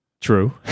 True